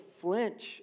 flinch